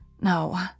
No